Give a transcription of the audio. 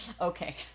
Okay